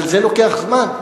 אבל זה לוקח זמן.